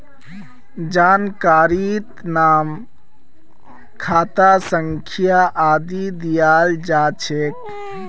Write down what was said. जानकारीत नाम खाता संख्या आदि दियाल जा छेक